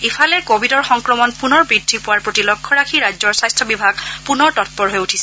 ইফালে কোৱিডৰ সংক্ৰমণ পুনৰ বৃদ্ধি পোৱাৰ প্ৰতি লক্ষ্য ৰাখি ৰাজ্যৰ স্বাস্থ্য বিভাগ পুনৰ তৎপৰ হৈ উঠিছে